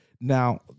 Now